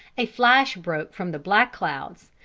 a flash broke from the black clouds,